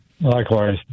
Likewise